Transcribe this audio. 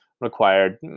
required